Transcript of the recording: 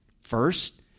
First